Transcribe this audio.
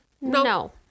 No